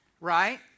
right